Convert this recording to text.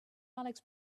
alex